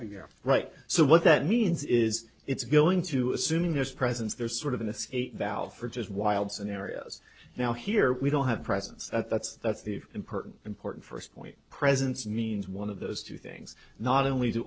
figure right so what that means is it's going to assuming there's a presence there sort of an escape valve for just wild scenarios now here we don't have a presence that that's that's the important important first point presence means one of those two things not only do